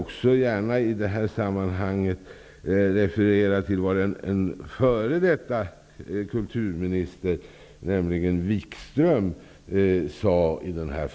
Jag vill gärna i det här sammanhanget referera till vad en f.d. kulturminister, Wikström, har sagt i denna fråga.